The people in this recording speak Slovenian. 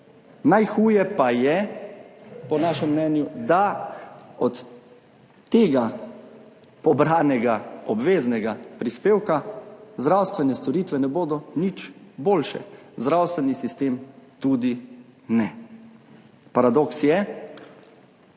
Najhuje pa je, po našem mnenju, da od tega pobranega obveznega prispevka zdravstvene storitve ne bodo nič boljše, zdravstveni sistem tudi ne. Paradoks je